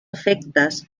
efectes